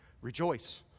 Rejoice